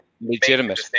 legitimate